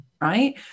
right